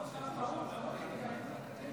חברותיי וחבריי לכנסת, משפחת יודקין,